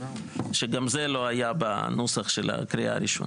שגם זה לא היה בנוסח של הקריאה הראשונה.